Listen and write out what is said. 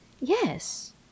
Yes